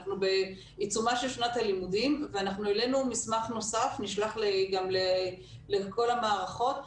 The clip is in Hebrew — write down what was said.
אנחנו בעיצומה של שנת הילדים והעלינו מסמך נוסף והוא נשלח לכל המערכות.